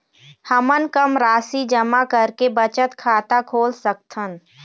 हमन कम राशि जमा करके बचत खाता खोल सकथन?